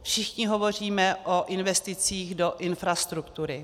Všichni hovoříme o investicích do infrastruktury.